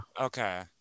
Okay